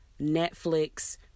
Netflix